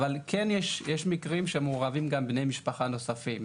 אבל כן יש מקרים שמעורבים גם בני משפחה נוספים,